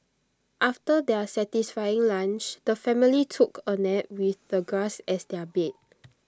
after their satisfying lunch the family took A nap with the grass as their bed